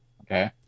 Okay